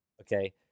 Okay